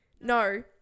No